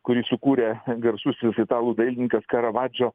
kurį sukūrė garsusis italų dailininkas karavadžo